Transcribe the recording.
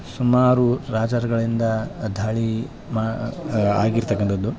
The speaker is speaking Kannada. ಸುಮಾರು ರಾಜರ್ಗಳಿಂದ ದಾಳಿ ಮಾ ಆಗಿರ್ತಕ್ಕಂಥದ್ದು